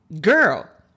Girl